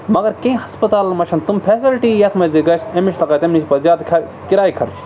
مَگر کیٚنٛہہ ہَسپَتالَن منٛز چھَنہٕ تِم فیسَلٹی یَتھ منٛز یہِ گژھِ أمِس چھِ تَگان تَمہِ نِش پَتہٕ زیادٕ خہ کِراے خرچ